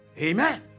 Amen